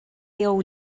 jew